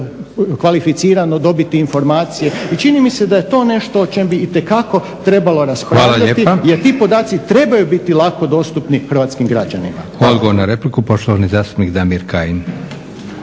kvalificirano dobiti informacije? I čini mi se da je to nešto o čemu bi itekako trebalo raspravljati jer ti podaci trebaju biti lako dostupni hrvatskim građanima.